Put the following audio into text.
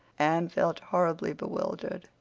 anne felt horribly bewildered,